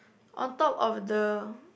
on top of the